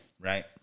right